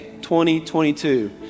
2022